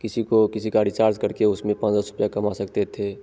किसी को किसी का रिचार्ज करके उसमें पाँच दस रुपये कमा सकते थे